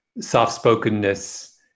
soft-spokenness